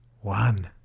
one